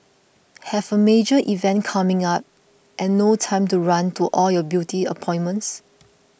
have a major event coming up and no time to run to all your beauty appointments